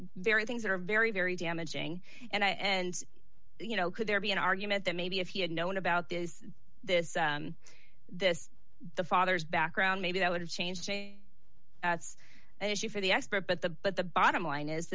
very things that are very very damaging and you know could there be an argument that maybe if he had known about this this this the father's background maybe that would have changed it's an issue for the expert but the but the bottom line is